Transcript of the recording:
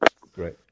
Great